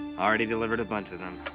already delivered a bunch of them.